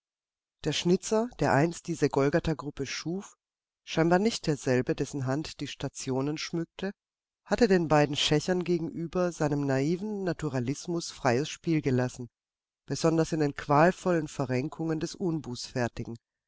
der schnitzer der einst diese golgathagruppe schuf scheinbar nicht derselbe dessen hand die stationen schmückte hatte den beiden schächern gegenüber seinem naiven naturalismus freies spiel gelassen besonders in den qualvollen verrenkungen des